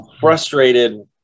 frustrated